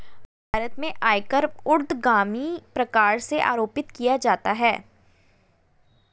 भारत में आयकर ऊर्ध्वगामी प्रकार से आरोपित किया जाता है